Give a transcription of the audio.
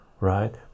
right